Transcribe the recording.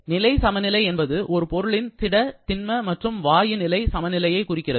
நிலை சமநிலை என்பது ஒரு பொருளின் திட திண்ம மற்றும் வாயு நிலை சமநிலையை குறிக்கிறது